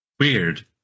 weird